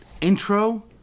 Intro